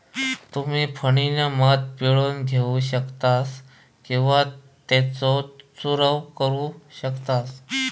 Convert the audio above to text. तुम्ही फणीनं मध पिळून घेऊ शकतास किंवा त्येचो चूरव करू शकतास